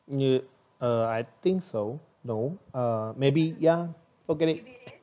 no uh I think so no uh maybe ya forget it